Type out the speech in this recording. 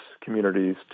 communities